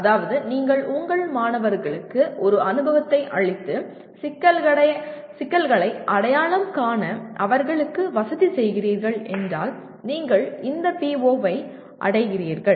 அதாவது நீங்கள் உங்கள் மாணவர்களுக்கு ஒரு அனுபவத்தை அளித்து சிக்கல்களை அடையாளம் காண அவர்களுக்கு வசதி செய்கிறீர்கள் என்றால் நீங்கள் இந்த PO ஐ அடைகிறீர்கள்